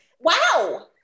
Wow